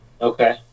Okay